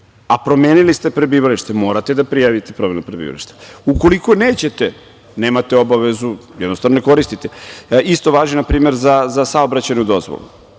a promenili ste prebivalište, morate da prijavite promenu prebivališta. Ukoliko nećete, nemate obavezu, jednostavno ne koristite. Isto važi, na primer, za saobraćajnu dozvolu,